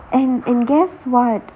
and and guess what